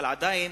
אבל עדיין